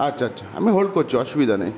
আচ্ছা আচ্ছা আমি হোল্ড করছি অসুবিধা নেই